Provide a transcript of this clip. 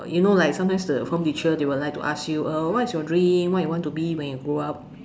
you know like sometimes the form teacher they will like to ask you uh what is your dream what do you want to be when you grow up